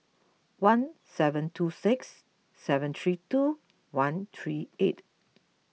one seven two six seven three two one three eight